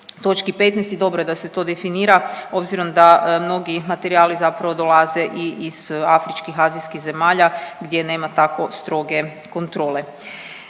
15. i dobro je da se to definira obzirom da mnogi materijali zapravo dolaze i iz afričkih, azijskih zemalja gdje nema tako stroge kontrole.